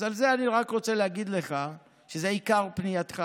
אז על זה אני רק רוצה להגיד לך, וזה עיקר פנייתך: